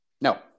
no